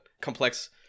complex